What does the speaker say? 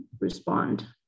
respond